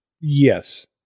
Yes